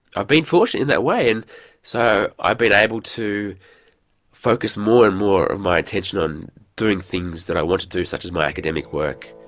i've been fortunate in that way and so i've been able to focus more and more of my attention on doing things that i want to do such as my academic work.